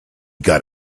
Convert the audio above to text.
got